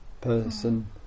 person